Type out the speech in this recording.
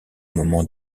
moments